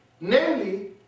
namely